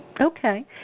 Okay